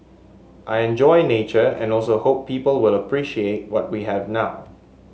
I enjoy nature and also hope people will appreciate what we have now